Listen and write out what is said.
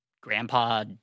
grandpa